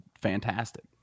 fantastic